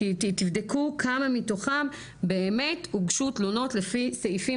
תבדקו כמה מתוך באמת הוגשו תלונות לפי סעיפים